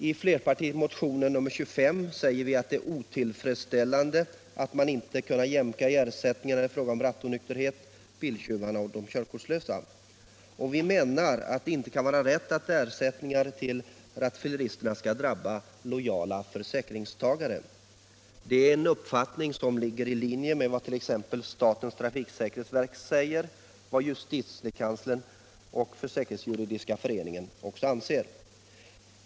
I flerpartimotionen 1975/76:25 säger vi att det är otillfredsställande att man inte skall kunna jämka i ersättningar när det är fråga om rattonyktra, biltjuvar och körkortslösa. Vi menar att det inte kan vara rätt att ersättningar till rattfyllerister skall drabba lojala försäkringstagare. Det är en uppfattning som ligger i linje med vad t.ex. statens trafiksäkerhetsverk framhåller och vad justitiekanslern och Försäkringsjuridiska föreningen anser.